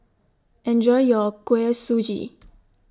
Enjoy your Kuih Suji